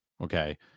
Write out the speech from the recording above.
okay